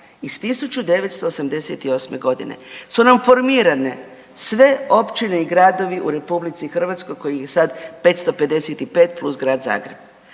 iz 1988. godine su nam formirane sve općine i gradovi u RH kojih je sad 555 plus Grad Zagreb.